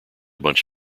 bunch